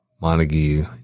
Montague